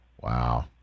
wow